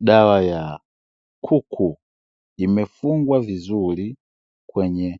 Dawa ya kuku imefungwa vizuri kwenye